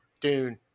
Dune